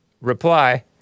reply